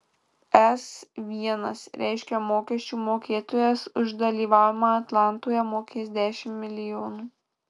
s l reiškia mokesčių mokėtojas už dalyvavimą atlantoje mokės dešimt milijonų